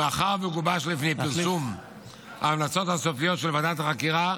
מאחר שהוא גובש לפני פרסום ההמלצות הסופיות של ועדת החקירה,